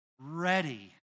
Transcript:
ready